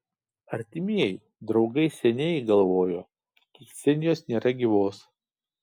artimieji draugai seniai galvojo kad ksenijos nėra gyvos